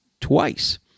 twice